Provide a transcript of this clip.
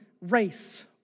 Race